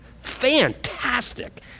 fantastic